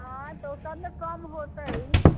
हँ तऽ ओकरामे कम होतै